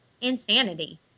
insanity